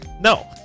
No